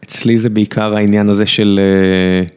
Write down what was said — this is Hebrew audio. אצלי זה בעיקר העניין הזה של...